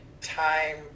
time